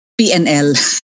PNL